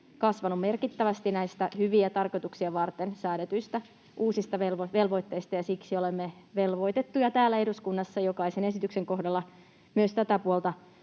kasvanut merkittävästi näistä hyviä tarkoituksia varten säädetyistä uusista velvoitteista, ja siksi olemme velvoitettuja täällä eduskunnassa jokaisen esityksen kohdalla myös tätä puolta